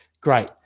Great